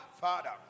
Father